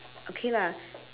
okay lah